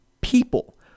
people